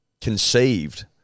conceived